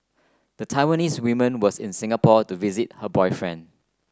the Taiwanese woman was in Singapore to visit her boyfriend